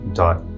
dot